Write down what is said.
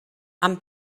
amb